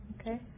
Okay